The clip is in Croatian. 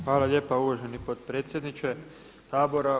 Hvala lijepa uvaženi potpredsjedniče Sabora.